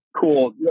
cool